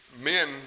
men